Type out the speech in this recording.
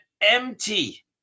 empty